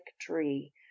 tree